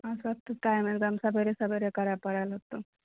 आ सबके काम एकदम सवेरे सवेरे करए परल हेतौ